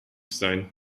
sein